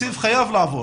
תקציב חייב לעבור